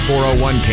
401K